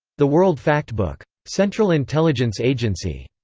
the world factbook. central intelligence agency.